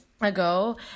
ago